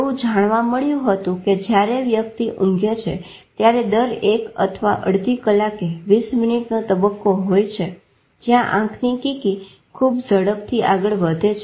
તેવું જાણવા મળ્યું હતું કે જયારે વ્યક્તિ ઊંઘે છે ત્યારે દર એક અથવા અડધિ કલાકે 20 મીનીટનો તબ્બકાઓ હોય છે જ્યાં આંખની કીકી ખુબ ઝડપથી આગળ વધે છે